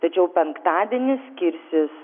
tačiau penktadienis skirsis